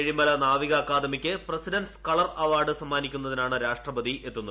ഏഴിമല നാവിക അക്കാദമിക്ക് president's colour award സമ്മാനിക്കുന്നതിനാണ് രാഷ്ട്രപതി എത്തുന്നത്